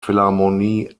philharmonie